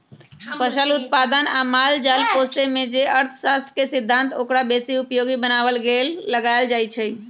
फसल उत्पादन आ माल जाल पोशेमे जे अर्थशास्त्र के सिद्धांत ओकरा बेशी उपयोगी बनाबे लेल लगाएल जाइ छइ